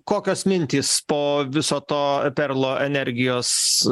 kokios mintys po viso to perlo energijos